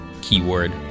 Keyword